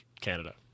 Canada